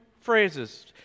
phrases